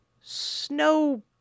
snow